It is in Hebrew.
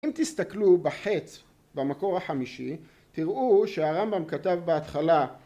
אם תסתכלו בחץ במקור החמישי תראו שהרמב״ם כתב בהתחלה